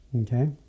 okay